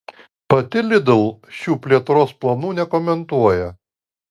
pati lidl šių plėtros planų nekomentuoja